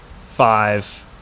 five